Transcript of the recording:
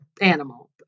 animal